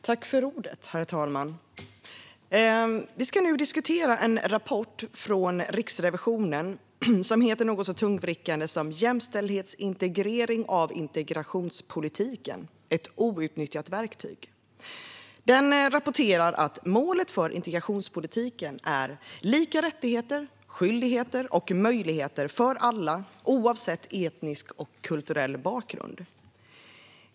Herr talman! Vi ska nu diskutera en rapport från Riksrevisionen som heter något så tungvrickande som Jämställdhetsintegrering av integra tionspolitiken - ett outnyttjat verktyg . I den rapporteras att målet för integrationspolitiken är lika rättigheter, skyldigheter och möjligheter för alla, oavsett etnisk och kulturell bakgrund.